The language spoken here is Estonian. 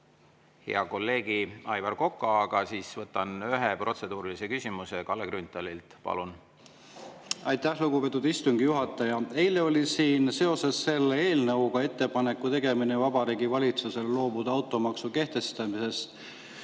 hea kolleegi Aivar Koka, aga enne võtan ühe protseduurilise küsimuse. Kalle Grünthal, palun! Aitäh, lugupeetud istungi juhataja! Eile oli siin seoses eelnõuga "Ettepaneku tegemine Vabariigi Valitsusele loobuda automaksu kehtestamisest